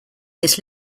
this